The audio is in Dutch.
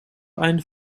einde